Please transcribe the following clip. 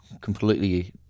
completely